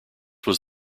was